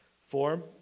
form